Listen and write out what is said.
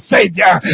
Savior